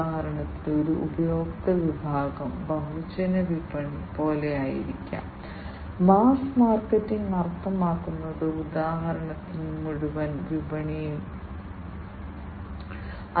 ഉദാഹരണത്തിന് ഉദാഹരണത്തിന് ഈ സെൻസർ ഞാൻ നിങ്ങൾക്ക് ഓരോന്നായി കാണിക്കും ഇതാണ് മീഥെയ്ൻ സെൻസർ